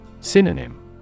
Synonym